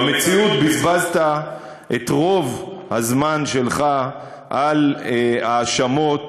במציאות בזבזת את רוב הזמן שלך על האשמות